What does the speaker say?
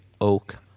oak